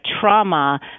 trauma